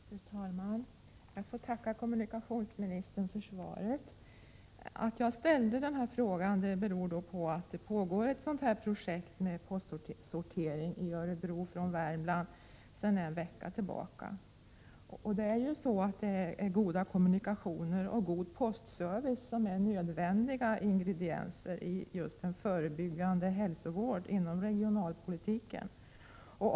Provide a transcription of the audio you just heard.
29 april 1988 Fru talman! Jag får tacka kommunikationsministern för svaret. Att jag har ställt den här frågan beror på att det sedan en vecka tillbaka ä ör att öka X Orrätgörderfäratt pågår ett projekt i Örebro som gäller sortering av post från Värmland. Goda den bofasta befolkpina RO ERE RA SA SVEG Å E å RA kommunikationer och god postservice är nödvändiga ingredienser i en så att ningen iskärgårds SE är : z kd ; å kommer säga förebyggande hälsovård inom regionalpolitiken.